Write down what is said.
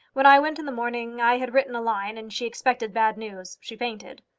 when i went in the morning i had written a line, and she expected bad news she fainted.